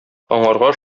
аңарга